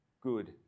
good